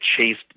chased